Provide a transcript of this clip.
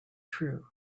true